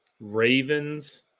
Ravens